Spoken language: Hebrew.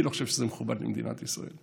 אני לא חושב שזה מכובד למדינת ישראל,